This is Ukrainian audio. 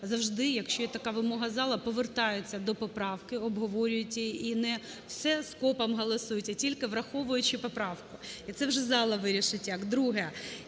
завжди, якщо є така вимога зала, повертаються до поправки, обговорюють її і не все скопом голосують, а тільки враховуючи поправку. І це вже зала вирішить як. Друге.